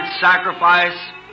sacrifice